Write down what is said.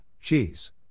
cheese